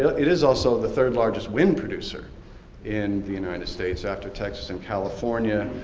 it is also the third largest wind-producer in the united states, after texas and california.